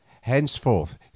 Henceforth